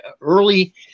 early